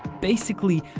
basically,